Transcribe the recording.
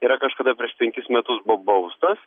yra kažkada prieš penkis metus buvo baustas